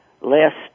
last